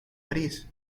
parís